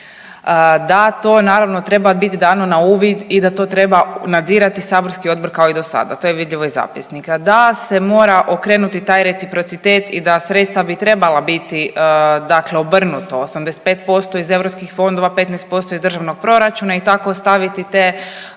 da to naravno treba bit dano na uvid i da to treba nadzirati saborski odbor kao i do sada. To je vidljivo iz zapisnika. Da se mora okrenuti taj reciprocitet i da sredstva bi trebala biti, dakle obrnuto 85% iz europskih fondova, 15% iz državnog proračuna i tako ostaviti te